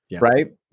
right